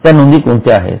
त्या नोंदी कोणत्या आहेत